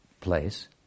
place